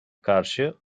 karşı